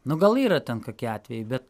nu gal yra ten kakie atvejai bet